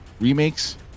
Remakes